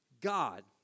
God